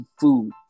food